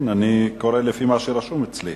כן, אני קורא לפי מה שרשום אצלי.